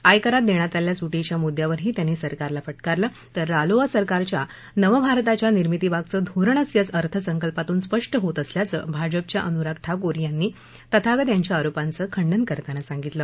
आयकरात देण्यात आलेल्या सूटीच्या मुद्यावरही त्यांनी सरकारला फटकारलं तर रालोआ सरकारचं नवभारताच्या निर्मितीमागचं धोरणच या अर्थसंकल्पातून स्पष्ट होत असल्याचं भाजपच्या अनुराग ठाकूर यांनी तथागत यांच्या आरोपांचं खंडन करताना सांगितलं